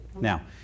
Now